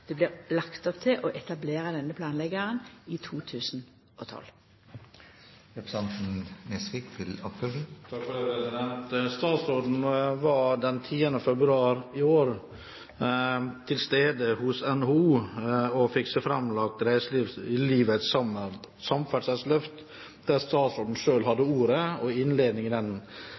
Det blir lagt opp til å etablera denne planleggjaren i 2012. Statsråden var den 10. februar i år til stede hos NHO og fikk seg forelagt reiselivets samferdselsløft. Statsråden selv hadde ordet og innledningen i saken. Jeg var til stede og hørte statsråden